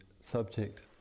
subject